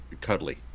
cuddly